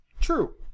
True